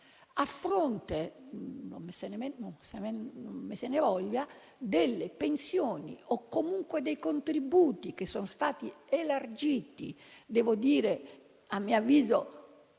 a fronte - non se ne voglia - delle pensioni o comunque dei contributi che sono stati elargiti, a mio avviso